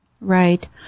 Right